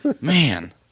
man